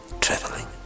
traveling